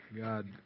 God